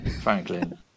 Franklin